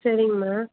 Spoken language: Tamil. சரிங்க மேம்